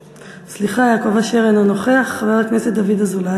סליחה, חבר הכנסת יעקב אשר אינו נוכח.